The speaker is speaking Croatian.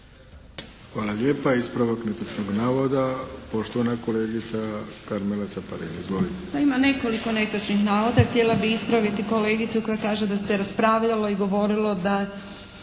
Hvala lijepa. Ispravak netočnog navoda, poštovana kolegica Karmela Caparin. Izvolite.